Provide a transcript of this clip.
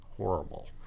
horrible